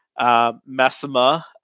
Massima